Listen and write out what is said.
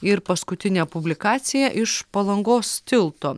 ir paskutinė publikacija iš palangos tilto